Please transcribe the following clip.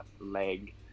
leg